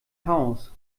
haus